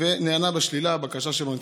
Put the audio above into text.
והוא נענה בשלילה, הבקשה שלו נדחתה.